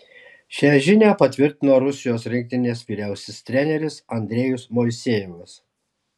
šią žinią patvirtino rusijos rinktinės vyriausiasis treneris andrejus moisejevas